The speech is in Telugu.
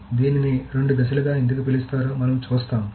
కాబట్టి దీనిని రెండు దశలుగా ఎందుకు పిలుస్తారో మనం చూస్తాము